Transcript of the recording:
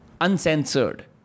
uncensored